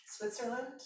Switzerland